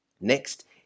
Next